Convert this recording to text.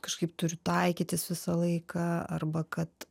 kažkaip turiu taikytis visą laiką arba kad